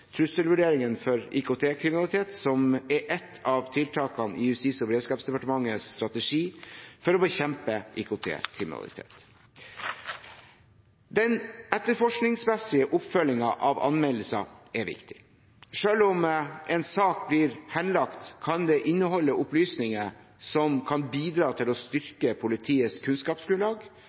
trusselvurderingen for IKT-kriminalitet, som er ett av tiltakene i Justis- og beredskapsdepartementets strategi for å bekjempe IKT-kriminalitet. Den etterforskningsmessige oppfølgingen av anmeldelser er viktig. Selv om en sak blir henlagt, kan den inneholde opplysninger som kan bidra til å styrke politiets kunnskapsgrunnlag,